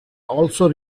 also